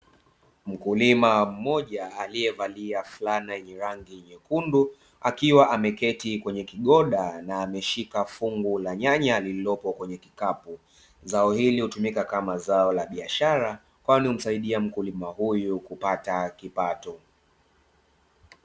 Mkulima mmoja alievalia flana yenye rangi nyekundu akiwa ameketi kwenye kigoda na ameshika fungu la nyanya lililopo kwenye kikapu. Zao hili hutumika kama zao la biashara kwani humsaidia mkulima huyu kupata kipato.